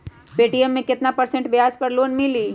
Paytm मे केतना percent ब्याज पर लोन मिली?